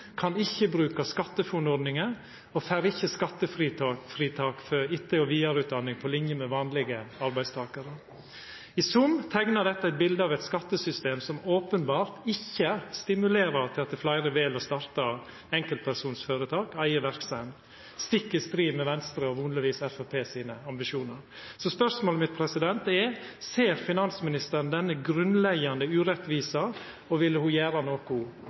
kan ikkje bruka SkatteFUNN-ordninga og får ikkje skattefritak for etter- og vidareutdanning på linje med vanlege arbeidstakarar. I sum teiknar dette eit bilete av eit skattesystem som openbert ikkje stimulerer til at fleire vel å starta enkeltpersonføretak og eiga verksemd, stikk i strid med Venstre og vonleg Framstegspartiet sine ambisjonar. Så spørsmålet mitt er: Ser finansministeren denne grunnleggjande urettvisa, og vil ho gjera noko